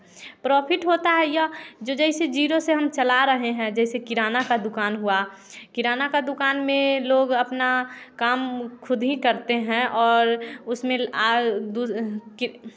profit होता है या जो जैसे जीरो से हम चला रहे हैं जैसे किराना का दुकान हुआ किराना का दुकान में लोग अपना काम खुद ही करते हैं और उसमें वह दूध के